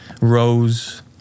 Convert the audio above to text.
Rose